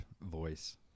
voice